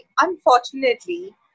Unfortunately